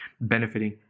benefiting